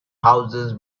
houses